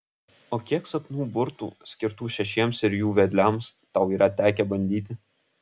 o kiek sapnų burtų skirtų šešiems ir jų vedliams tau yra tekę bandyti